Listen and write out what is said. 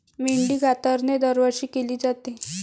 मेंढी कातरणे दरवर्षी केली जाते